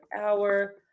hour